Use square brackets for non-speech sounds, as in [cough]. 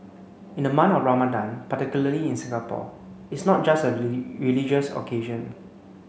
in the month of Ramadan particularly in Singapore it's not just a [unintelligible] religious occasion